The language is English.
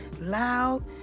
loud